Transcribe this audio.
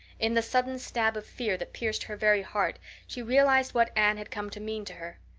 in the sudden stab of fear that pierced her very heart she realized what anne had come to mean to her.